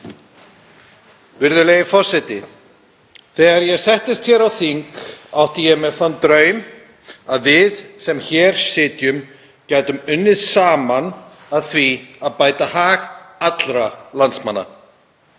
Virðulegi forseti. Þegar ég settist hér á þing átti ég mér þann draum að við sem hér sitjum gætum unnið saman að því að bæta hag allra landsmanna.